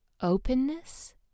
openness